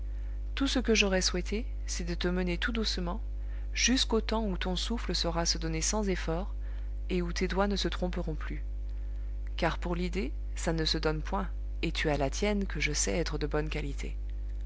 tout ce que j'aurais souhaité c'est de te mener tout doucement jusqu'au temps où ton souffle saura se donner sans effort et où tes doigts ne se tromperont plus car pour l'idée ça ne se donne point et tu as la tienne que je sais être de bonne qualité